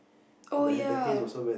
oh ya